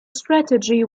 strategy